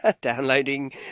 downloading